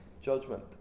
judgment